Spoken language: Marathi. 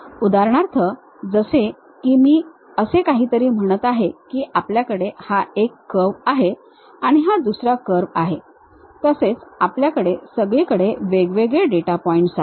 उदाहरणार्थ जसे की मी असे काहीतरी म्हणत आहे की आपल्याकडे हा एक कर्व आहे आणि हा दुसरा कर्व आहे तसेच आपल्याकडे सगळीकडे वेगवेगळे डेटा पॉइंट्स आहेत